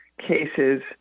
cases